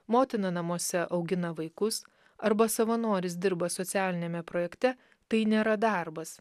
motina namuose augina vaikus arba savanoris dirba socialiniame projekte tai nėra darbas